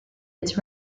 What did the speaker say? its